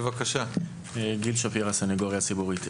הסניגוריה הציבורית.